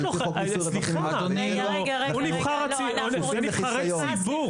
לפי חוק מיסוי רווחים --- זה נבחרי ציבור.